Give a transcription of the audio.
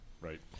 right